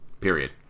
Period